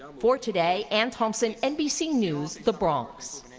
for today, anne thompson, nbc news, the bronx.